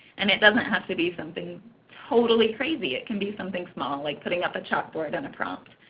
and it doesn't have to be something totally crazy. it can be something small like putting up a chalkboard and a prompt.